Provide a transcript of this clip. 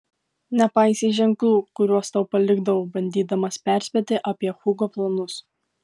nepaisei ženklų kuriuos tau palikdavau bandydamas perspėti apie hugo planus